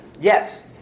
Yes